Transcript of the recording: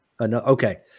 okay